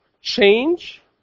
change